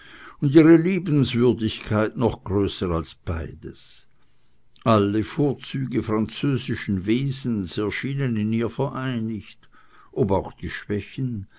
und ihre liebenswürdigkeit noch größer als beides alle vorzüge französischen wesens erschienen in ihr vereinigt ob auch die schwächen